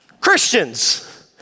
Christians